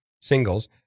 singles